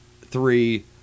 three